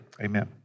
Amen